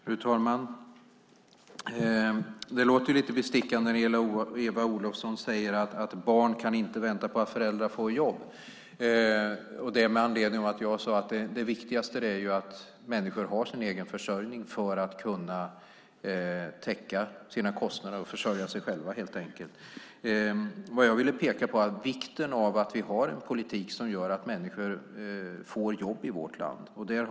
Fru talman! Det låter lite bestickande när Eva Olofsson säger att barn inte kan vänta på att föräldrarna får jobb, det med anledning av att jag sade att det viktigaste är att människor kan försörja sig själva och täcka sina kostnader. Vad jag ville peka på var vikten av en politik som gör att människor får jobb i vårt land.